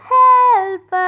help